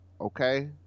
Okay